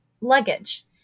luggage